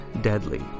deadly